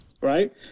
right